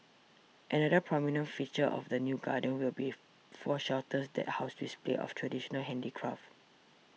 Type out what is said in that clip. another prominent feature of the new garden will beef four shelters that house displays of traditional handicraft